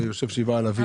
שיושב שבעה על אביו.